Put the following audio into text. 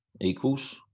equals